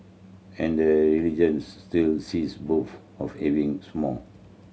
and the region still sees bouts of heavy smog